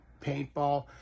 paintball